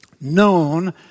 known